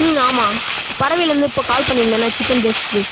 ஹும் ஆமாம் பரவைலேருந்து இப்போது கால் பண்ணியிருந்தேனில்ல சிக்கன் ரைஸ்க்கு